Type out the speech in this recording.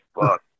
Fuck